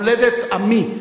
מולדת עמי,